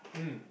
mm